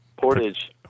Portage